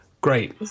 Great